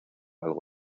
algo